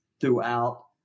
throughout